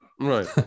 right